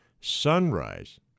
sunrise